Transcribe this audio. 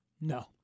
No